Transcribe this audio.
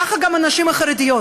ככה גם הנשים החרדיות.